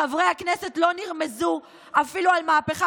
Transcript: חברי הכנסת לא נרמזו אפילו על מהפכה